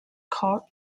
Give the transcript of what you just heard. court